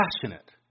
passionate